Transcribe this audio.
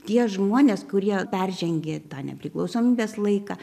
tie žmonės kurie peržengė tą nepriklausomybės laiką